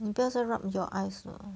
你不要再 rub your eyes 了